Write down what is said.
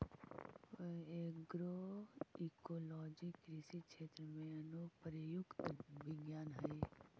agroecology कृषि क्षेत्र में अनुप्रयुक्त विज्ञान हइ